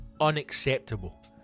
unacceptable